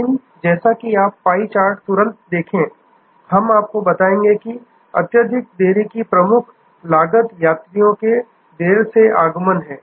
लेकिन जैसा कि आप पाई चार्ट तुरंत देखें संदर्भ समय 1401 हम आपको बताएंगे कि अत्यधिक देरी की प्रमुख लागत यात्रियों के देर से आगमन है